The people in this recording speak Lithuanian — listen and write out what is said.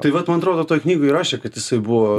tai vat man atrodo toj knygoj rašė kad jisai buvo